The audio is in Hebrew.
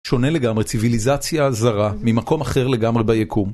שונה לגמרי ציוויליזציה זרה ממקום אחר לגמרי ביקום.